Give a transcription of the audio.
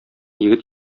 егет